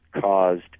caused